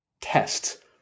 test